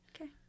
Okay